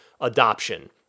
adoption